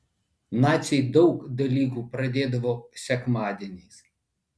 naciai daug dalykų pradėdavo sekmadieniais